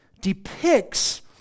depicts